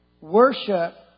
worship